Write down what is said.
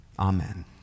Amen